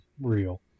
real